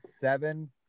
seven